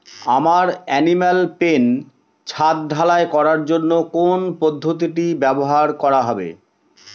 আমার animal pen ছাদ ঢালাই করার জন্য কোন পদ্ধতিটি ব্যবহার করা হবে?